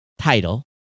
title